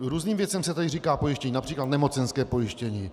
Různým věcem se tady říká pojištění, např. nemocenské pojištění.